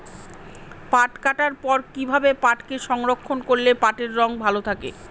পাট কাটার পর কি ভাবে পাটকে সংরক্ষন করলে পাটের রং ভালো থাকে?